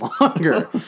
longer